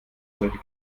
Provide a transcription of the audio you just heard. solche